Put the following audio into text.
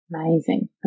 Amazing